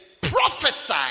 prophesy